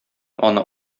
аны